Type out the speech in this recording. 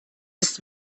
ist